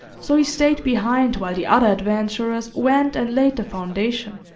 so he stayed behind while the other adventurers went and laid the foundation.